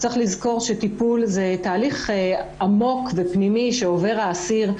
צריך לזכור שטיפול הוא תהליך עמוק ופנימי שעובר האסיר,